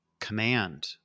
command